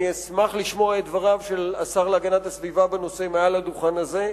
אני אשמח לשמוע את דבריו של השר להגנת הסביבה בנושא מעל הדוכן הזה.